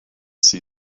see